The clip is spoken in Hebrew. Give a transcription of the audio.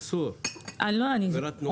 אסור, זאת עבירת תנועה.